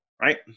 Right